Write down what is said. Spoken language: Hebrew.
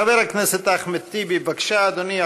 חבר הכנסת אחמד טיבי, בבקשה, אדוני.